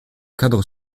cadre